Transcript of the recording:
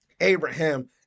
Abraham